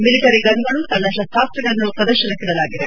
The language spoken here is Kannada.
ಮಿಲಿಟರಿ ಗನ್ಗಳು ಸಣ್ಣ ಶಸ್ತ್ರಾಸ್ತ್ರಗಳನ್ನು ಪ್ರದರ್ಶನಕ್ಕಿ ಡಲಾಗಿದೆ